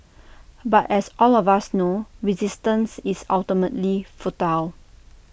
but as all of us know resistance is ultimately futile